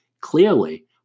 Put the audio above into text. clearly